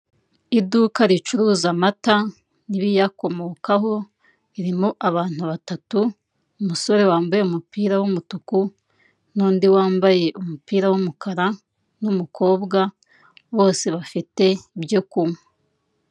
Iduka ricuruza amata n'ibiyakomokaho ririmo abantu batatu umusore wambaye umupira w'umutuku, n'undi wambaye umupira w'umukara n'umukobwa bose bafite ibyo kunywa.